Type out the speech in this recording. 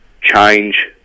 change